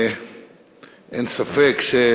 ואין ספק שהוא